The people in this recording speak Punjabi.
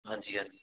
ਹਾਂਜੀ ਹਾਂਜੀ